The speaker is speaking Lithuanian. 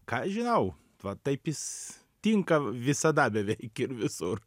ką aš žinau va taip jis tinka visada beveik ir visur